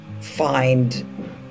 find